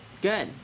Good